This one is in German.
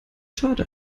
schade